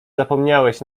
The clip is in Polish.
zapomniałeś